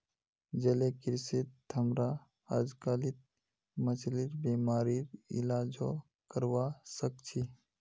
जलीय कृषित हमरा अजकालित मछलिर बीमारिर इलाजो करवा सख छि